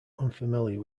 unfamiliar